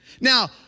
Now